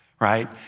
right